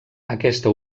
aquesta